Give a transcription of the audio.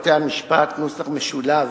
הצעת חוק בתי-המשפט (תיקון מס' 62),